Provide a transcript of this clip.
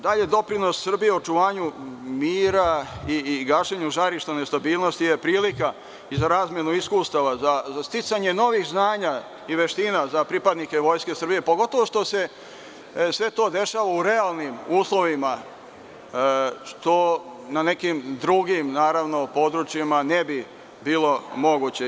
Doprinos Srbije očuvanju mira i gašenju žarišta o nestabilnosti je prilika i za razmenu iskustava za sticanje novih znanja i veština za pripadnike Vojske Srbije, pogotovo što se sve to dešava u realnim uslovima, što na nekim drugim područjima ne bi bilo moguće.